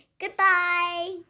Goodbye